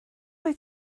wyt